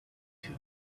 two